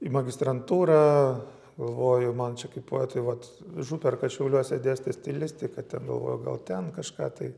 į magistrantūrą galvoju man čia kaip poetui vat župerka šiauliuose dėstė stilistiką ten galvojau gal ten kažką tai